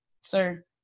sir